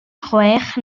chwech